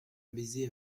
baiser